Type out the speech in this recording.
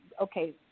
Okay